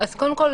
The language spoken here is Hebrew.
קודם כול,